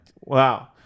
wow